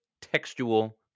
textual